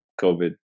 COVID